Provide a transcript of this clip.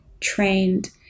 trained